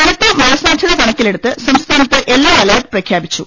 കനത്ത മഴ സാധ്യത കണക്കിലെടുത്ത് സംസ്ഥാനത്ത് യെല്ലോ അലർട്ട് പ്രഖ്യാപിച്ചു